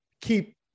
keep